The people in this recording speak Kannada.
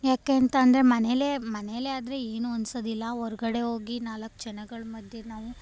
ಯಾಕೆ ಅಂತ ಅಂದರೆ ಮನೆಯಲ್ಲೇ ಮನೆಯಲ್ಲೇ ಆದರೆ ಏನೂ ಅನ್ಸೋದಿಲ್ಲ ಹೊರ್ಗಡೆ ಹೋಗಿ ನಾಲ್ಕು ಜನಗಳು ಮಧ್ಯೆ ನಾವು